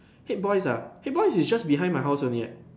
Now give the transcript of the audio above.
Haig Boys' ah Haig Boys' is just behind my house only eh